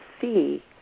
see